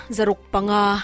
Zarukpanga